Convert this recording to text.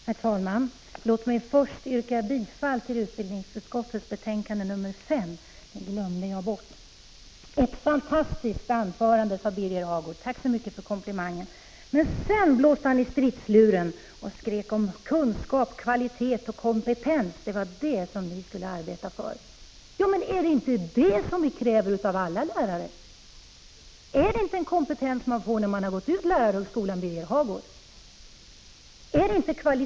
Herr talman! Låt mig först få yrka bifall till hemställan i utbildningsutskottets betänkande nr 5; det glömde jag bort i mitt tidigare inlägg. Birger Hagård sade att jag höll ett fantastiskt anförande. Tack så mycket för komplimangen! Men sedan blåste han i stridsluren och skrek om att det var kunskap, kvalitet och kompetens som man skulle arbeta för. Är det inte det som vi kräver av alla lärare? Är det inte en kompetens man får när man gått ut lärarhögskolan, Birger Hagård? Är inte lärarutbildningen av sådan — Prot.